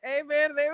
amen